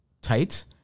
tight